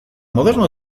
moderno